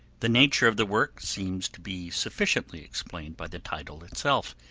the nature of the work seems to be sufficiently explained by the title itself,